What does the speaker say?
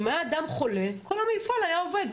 אם היה אדם חולה, כל המפעל היה עובד.